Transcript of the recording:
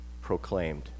proclaimed